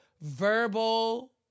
verbal